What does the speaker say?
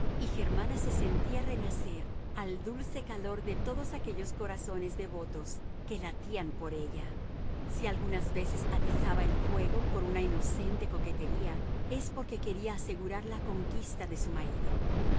y germana se sentía renacer al dulce calor de todos aquellos corazones devotos que latían por ella si algunas veces atizaba el fuego por una inocente coquetería es porque quería asegurar la conquista de su marido